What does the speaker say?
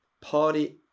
party